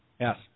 Yes